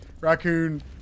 raccoon